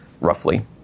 roughly